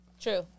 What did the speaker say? True